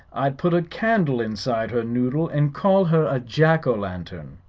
i'd put a candle inside her noodle and call her a jack-lantern.